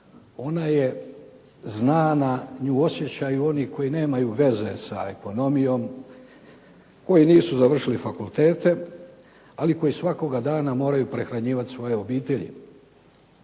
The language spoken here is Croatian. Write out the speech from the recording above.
Ona je znana, nju osjećaju oni koji nemaju veze sa ekonomijom, koji nisu završili fakultete, ali koji svakoga dana moraju prehranjivat svoje obitelji.